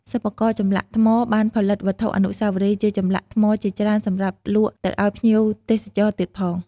សិប្បករចម្លាក់ថ្ម បានផលិតវត្ថុអនុស្សាវរីយ៍ជាចម្លាក់ថ្មជាច្រើនសម្រាប់លក់ទៅឲ្យភ្ញៀវទេសចរទៀតផង។